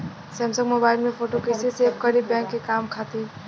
Samsung mobile में photo कैसे save करीं बैंक के काम खातिर?